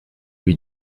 lui